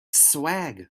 swag